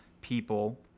people